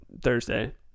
thursday